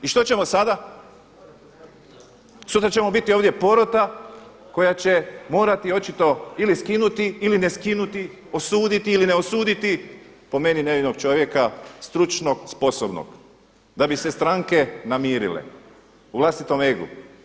I što ćemo sada? sutra ćemo ovdje biti porota koja će morati očito ili skinuti ili ne skinuti, osuditi ili ne osuditi po meni nevinog čovjeka, stručnog, sposobnog da bi se stranke namirile u vlastitom egu.